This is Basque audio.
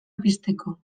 pizteko